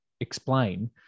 explain